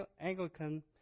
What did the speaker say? Anglican